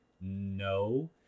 no